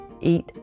eat